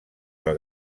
del